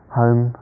home